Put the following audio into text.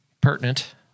pertinent